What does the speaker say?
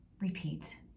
repeat